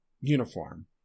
uniform